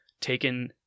taken